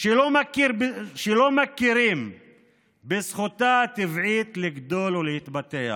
שלא מכירים בזכותה הטבעית לגדול ולהתפתח,